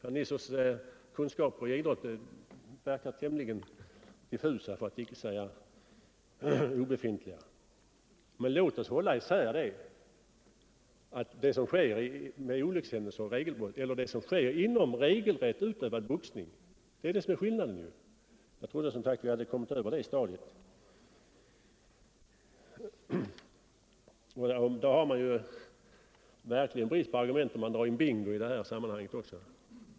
Herr Nissers kunskaper i idrott verkar tämligen diffusa för att icke säga obefintliga. Men låt oss hålla isär det som sker av olyckshändelse eller genom regelbrott och det som sker inom regelrätt utövad boxning. Jag trodde som sagt att vi kommit över detta stadium. Drar man in bingo i detta sammanhang har man verkligen brist på argument.